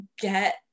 get